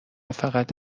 فقط